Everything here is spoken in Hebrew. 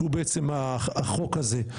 שהוא החוק הזה,